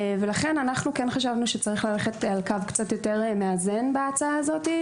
לכן אנחנו כן חשבנו שצריך ללכת על קו קצת יותר מאזן בהצעה הזאת,